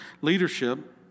leadership